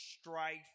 strife